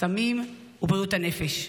סמים ובריאות הנפש.